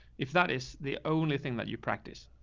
if that is the only thing that you practice,